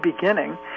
beginning